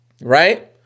Right